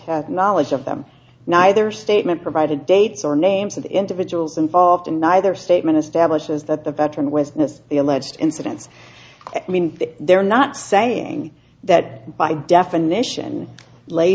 hand knowledge of them neither statement provided dates or names of the individuals involved and neither statement establishes that the veteran with the alleged incidents i mean they're not saying that by definition lay